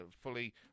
fully